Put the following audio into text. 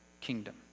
kingdom